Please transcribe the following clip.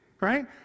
right